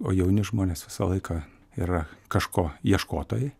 o jauni žmonės visą laiką yra kažko ieškotojai